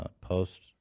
Post